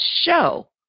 show